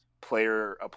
player